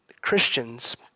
Christians